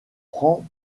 prend